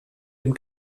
dem